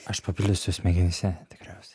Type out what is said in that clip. aš papildysiu smegenyse tikriausiai